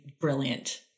brilliant